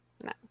No